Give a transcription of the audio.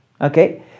Okay